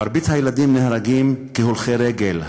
מרבית הילדים נהרגים כהולכי רגל,